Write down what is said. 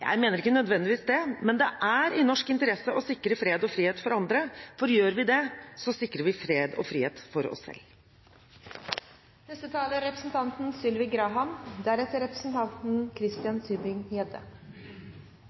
Jeg mener ikke nødvendigvis det, men det er i norsk interesse å sikre fred og frihet for andre, for gjør vi det, sikrer vi fred og frihet for oss selv. Det er